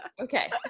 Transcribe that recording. okay